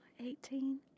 Eighteen